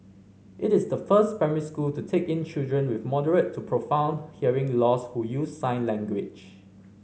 it is the first primary school to take in children with moderate to profound hearing loss who use sign language